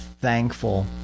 thankful